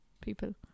people